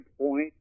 point